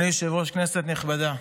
אדוני היושב-ראש, כנסת נכבדה,